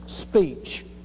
speech